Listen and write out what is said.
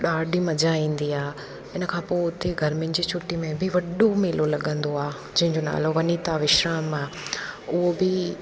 ॾाढी मज़ा ईंदी आहे इन खां पोइ हुते गर्मियुनि जी छुटी में बि वॾो मेलो लॻंदो आहे जंहिंजो नालो वनिता विश्राम आहे उहो बि